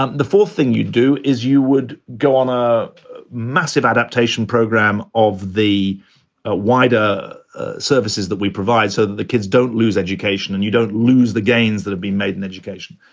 um the fourth thing you do is you would go on a massive adaptation program of the ah wider services that we provide so that the kids don't lose education and you don't lose the gains that have been made in education.